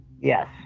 Yes